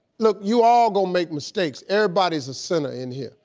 look you all gonna make mistakes. everybody's a sinner in here.